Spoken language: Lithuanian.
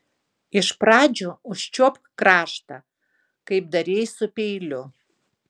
iš pradžių užčiuopk kraštą kaip darei su peiliu